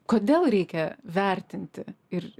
kodėl reikia vertinti ir